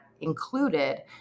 included